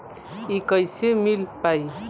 इ कईसे मिल पाई?